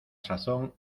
sazón